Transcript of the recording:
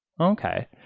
Okay